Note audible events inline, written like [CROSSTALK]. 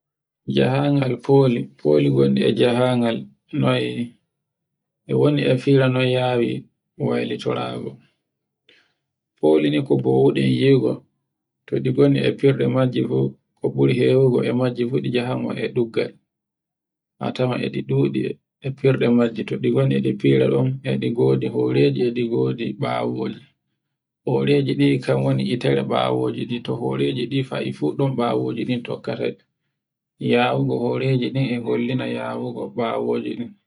[NOISE] Njahangal foli, foli wonde e njahaangal noy [NOISE] e woni e fira no yaawi, waylitaraago, foli ni ko mbowuden yogo to di gonɗi e firɗe majje fu ko buri hewugo e majje fu ɗi njahaama e ɗuggal, a tawa e ɗi ɗuɗi, e firde majji [NOISE] to ɗi ngoni ɗi fira ngon e ɗi ngodi horeje e ɗi ngodi ɓawojee horeji ɗin kan woni gitere ɓawoji to horeji din fai fu ɗon ɓawoji ɗin tokkata. yahugo horeji din e hollina yahugo ɓawoji din. [NOISE]